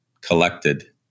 collected